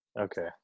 Okay